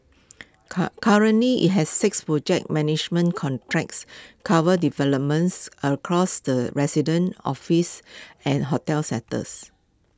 currently IT has six project management contracts covering developments across the resident office and hotel sectors